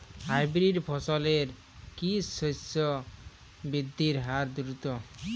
Hybrid ফসলের কি শস্য বৃদ্ধির হার দ্রুত?